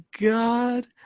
God